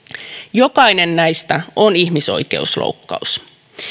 jokainen näistä on ihmisoikeusloukkaus